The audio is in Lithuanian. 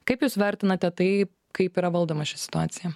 kaip jūs vertinate tai kaip yra valdoma ši situacija